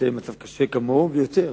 שנמצאים במצב קשה כמוהו ויותר,